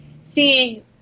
seeing